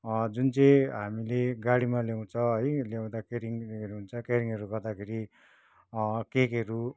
जुन चाहिँ हामीले गाडीमा ल्याउँछ है ल्याँउदाखेरि क्यारिङहरू हुन्छ क्यारिङहरू गर्दाखेरि केकहरू